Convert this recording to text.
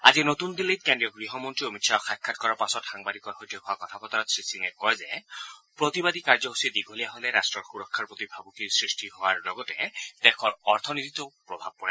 আজি নতুন দিল্লীত কেন্দ্ৰীয় গৃহমন্ত্ৰী অমিত শ্বাহক সাক্ষাৎ কৰাৰ পাছত সাংবাদিকৰ সৈতে হোৱা কথা বতৰাত শ্ৰীসিঙে কয় যে প্ৰতিবাদী কাৰ্যসূচী দীঘলীয়া হলে ৰাষ্টৰ সুৰক্ষাৰ প্ৰতি ভাবুকি সৃষ্টি হোৱাৰ লগতে দেশৰ অৰ্থীতিতো প্ৰভাৱ পৰিব